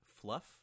fluff